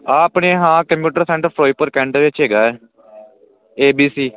ਆਪਣੇ ਹਾਂ computer centre Firozpur Canada ਵਿੱਚ ਹੈਗਾ ਏਬੀਸੀ